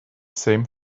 same